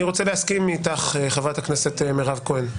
אני רוצה להסכים איתך, חברת הכנסת מירב כהן.